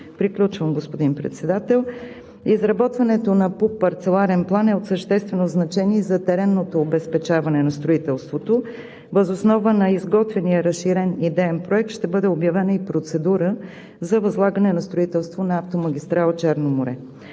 Приключвам, господин Председател. Изработването на ПУП – Парцеларен план, е от съществено значение и за теренното обезпечаване на строителството. Въз основа на изготвения разширен идеен проект ще бъде обявена и процедура за възлагане на строителство на автомагистрала „Черно море“.